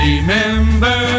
Remember